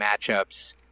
matchups